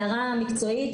הערה מקצועית,